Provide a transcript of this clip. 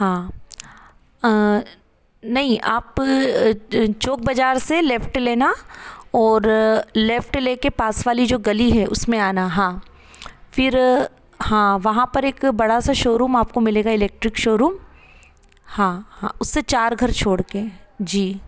हाँ नहीं आप चोक बाजार से लेफ़्ट लेना ओर लेफ़्ट लेके पास वाली जो गली है उसमें आना हाँ फिर हाँ वहाँ पर एक बड़ा सा शो रूम आपको मिलेगा इलेक्ट्रिक शो रूम हाँ हाँ उससे चार घर छोड़ के जी